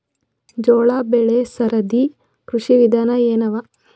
ಜೋಳ ಬೆಳಿ ಸರದಿ ಕೃಷಿ ವಿಧಾನ ಎನವ?